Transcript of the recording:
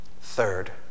Third